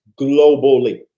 globally